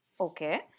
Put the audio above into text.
Okay